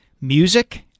music